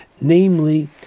Namely